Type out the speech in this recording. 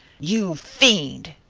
you fiend!